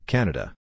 Canada